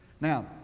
Now